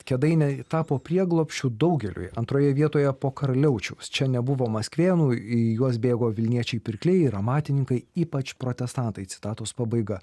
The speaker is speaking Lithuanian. kėdainiai tapo prieglobsčiu daugeliui antroje vietoje po karaliaučiaus čia nebuvo maskvėnų į juos bėgo vilniečiai pirkliai ir amatininkai ypač protestantai citatos pabaiga